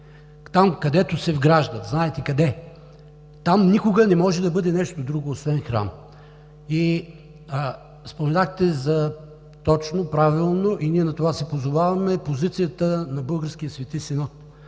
там, където се вграждат – знаете къде, там никога не може да бъде нещо друго освен храм. Споменахте точно и правилно, а ние на това се позоваваме, за позицията на българския Свети Синод,